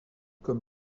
comme